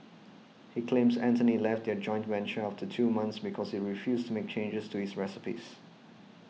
he claims Anthony left their joint venture after two months because he refused to make changes to his recipes